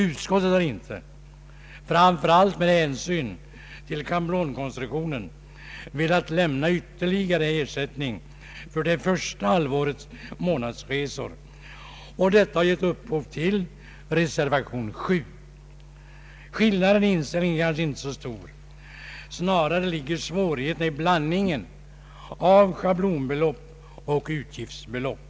Utskottet har inte — framför allt med hänsyn till schablonkonstruktionen — velat lämna ytterligare ersättning för det första halvårets månadsresor, och detta har givit upphov till reservation 7. Sakskillnaden i inställning är kanske inte så stor; snarare ligger svårigheterna i blandningen av schablonbelopp och utgiftsbelopp.